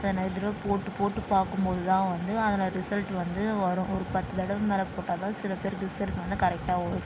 அது நிறைய தடவை போட்டு போட்டு பார்க்கும்பொழுது தான் வந்து அதனோட ரிசல்ட் வந்து வரும் ஒரு பத்து தடவை மேலே போட்டால் தான் சில பேருக்கு ரிசல்ட் வந்து கரெக்டாக வரும்